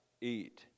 eat